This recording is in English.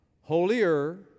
holier